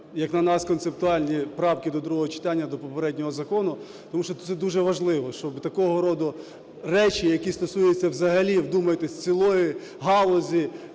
як на нас, концептуальні правки до другого читання до попереднього закону. Тому що це дуже важливо, щоб такого роду речі, які стосуються взагалі, вдумайтесь, цілої галузі,